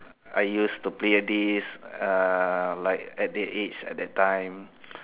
I used to play this uh like at the age at that time